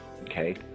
Okay